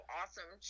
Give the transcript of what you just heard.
awesome